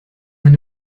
eine